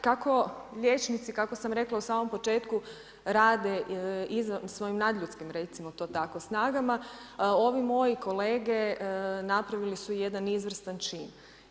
Kako liječnici, kako sam rekla u samom početku rade svojim nadljudskim recimo to tako snagama, ovi moje kolege napravili su jedan izvrstan čin.